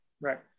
Right